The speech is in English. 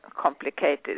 complicated